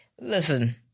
Listen